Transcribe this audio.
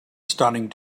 stunning